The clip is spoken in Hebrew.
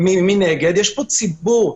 יש פה ציבור,